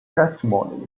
testimony